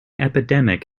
epidemic